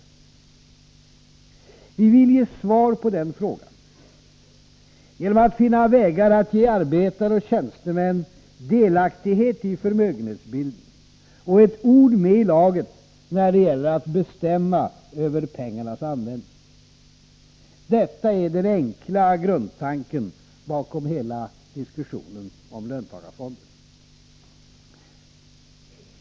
Vi vill ge svar på den frågan genom att finna vägar att ge arbetare och tjänstemän delaktighet i förmögenhetsbildningen och ett ord med i laget när det gäller att bestämma över pengarnas användning. Detta är den enkla grundtanken bakom hela diskussionen om löntagarfonder.